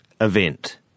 Event